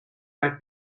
have